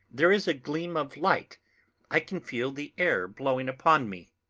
there is a gleam of light i can feel the air blowing upon me.